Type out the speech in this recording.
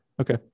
Okay